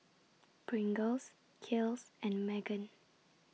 Pringles Kiehl's and Megan